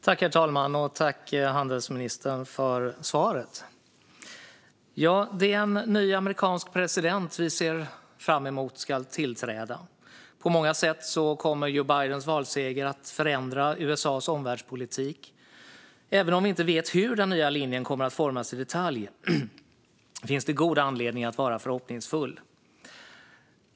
Herr talman! Tack, handelsministern, för svaret! Ja, en ny amerikansk president kommer att tillträda, vilket vi ser fram emot. På många sätt kommer Joe Bidens valseger att förändra USA:s omvärldspolitik. Även om vi inte vet hur den nya linjen kommer att utformas i detalj finns det god anledning att vara förhoppningsfull.